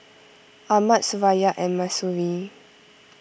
Ahmad Suraya and Mahsuri